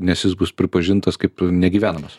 nes jis bus pripažintas kaip negyvenamas